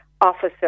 officer